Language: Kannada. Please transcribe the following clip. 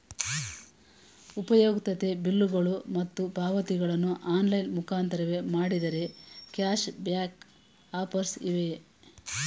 ಉಪಯುಕ್ತತೆ ಬಿಲ್ಲುಗಳು ಮತ್ತು ಪಾವತಿಗಳನ್ನು ಆನ್ಲೈನ್ ಮುಖಾಂತರವೇ ಮಾಡಿದರೆ ಕ್ಯಾಶ್ ಬ್ಯಾಕ್ ಆಫರ್ಸ್ ಇವೆಯೇ?